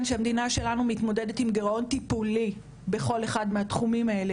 שהמדינה שלנו מתמודדת עם גירעון טיפולי בכל אחד מהתחומים האלה,